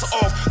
off